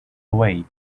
away